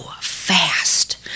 fast